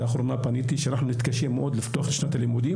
לאחרונה פניתי ואמרתי שאנחנו נתקשה מאוד לפתוח את שנת הלימודים,